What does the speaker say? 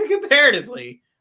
comparatively